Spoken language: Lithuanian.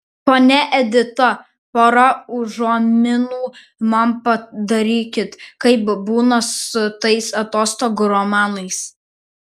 ponia edita pora užuominų man padarykit kaip būna su tais atostogų romanais